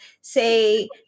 say